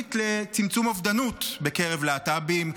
בתוכנית לצמצום אובדנות בקרב להט"בים,